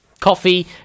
Coffee